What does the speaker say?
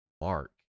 Mark